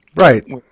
Right